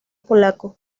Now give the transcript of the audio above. polaco